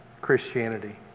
Christianity